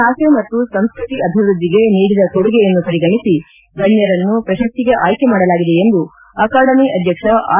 ಭಾಷೆ ಮತ್ತು ಸಂಸ್ಕತಿ ಅಭಿವ್ಯದ್ಲಿಗೆ ನೀಡಿದ ಕೊಡುಗೆಯನ್ನು ಪರಿಗಣಿಸಿ ಗಣ್ಣರನ್ನು ಪ್ರಶಸ್ತಿಗೆ ಆಯ್ಲೆ ಮಾಡಲಾಗಿದೆ ಎಂದು ಅಕಾಡಮಿ ಅಧ್ಯಕ್ಷ ಆರ್